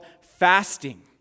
fasting